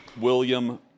William